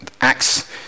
Acts